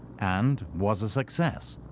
and was a success.